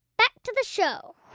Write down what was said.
back to the show